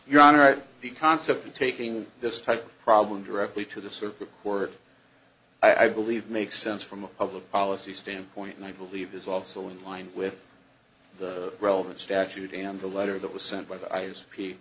your honor the concept of taking this type of problem directly to the supreme court i believe makes sense from a public policy standpoint and i believe is also in line with the relevant statute and the letter that was sent by the eyes